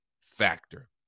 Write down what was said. factor